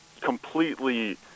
completely